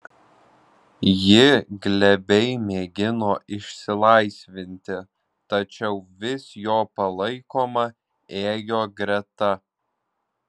ji glebiai mėgino išsilaisvinti tačiau vis jo palaikoma ėjo greta